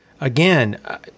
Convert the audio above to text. Again